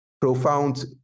profound